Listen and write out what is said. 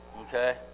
Okay